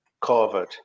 covered